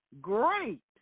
great